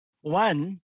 One